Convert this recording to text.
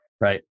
right